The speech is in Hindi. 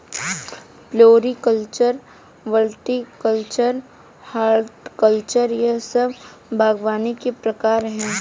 फ्लोरीकल्चर, विटीकल्चर, हॉर्टिकल्चर यह सब बागवानी के प्रकार है